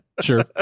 Sure